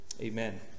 amen